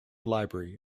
library